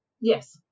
Yes